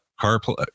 CarPlay